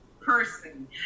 person